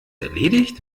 erledigt